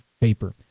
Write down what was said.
paper